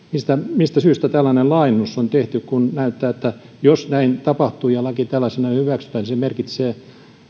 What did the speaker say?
mistä syystä tällainen laajennus on tehty kun näyttää että jos näin tapahtuu ja laki tällaisenaan hyväksytään se merkitsee